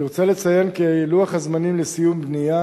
אני רוצה לציין כי לוח הזמנים לסיום בנייה